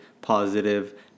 positive